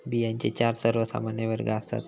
बियांचे चार सर्वमान्य वर्ग आसात